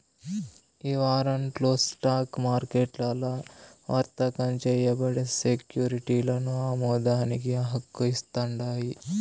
ఈ వారంట్లు స్టాక్ మార్కెట్లల్ల వర్తకం చేయబడే సెక్యురిటీలను అమ్మేదానికి హక్కు ఇస్తాండాయి